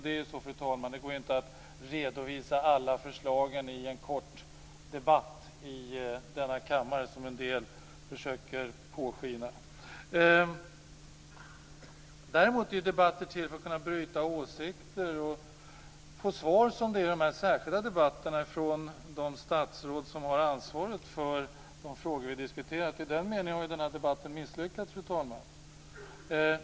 Det går inte att redovisa alla förslag, fru talman, i en kort debatt i denna kammare, som en del försöker låta påskina. Däremot är debatter till för att man skall kunna bryta åsikter och få svar - i dessa särskilda debatter från de statsråd som har ansvaret för de frågor vi diskuterar. I den meningen har denna debatt misslyckats, fru talman.